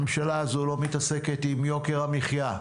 הממשלה הזו לא מתעסקת עם יוקר המחיה.